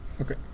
okay